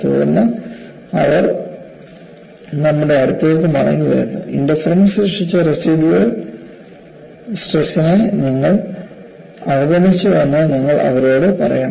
തുടർന്ന് അവർ നമ്മുടെ അടുത്തേക്ക് മടങ്ങിവരുന്നു ഇൻറർഫറൻസ് സൃഷ്ടിച്ച റസിഡ്യൂവൽ സ്ട്രെസ്നെ നിങ്ങൾ അവഗണിച്ചുവെന്ന് നമ്മൾ അവരോട് പറയണം